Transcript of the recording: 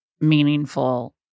meaningful